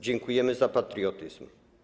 Dziękujemy za patriotyzm.